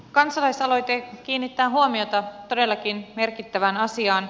kansalaisaloite kiinnittää huomiota todellakin merkittävään asiaan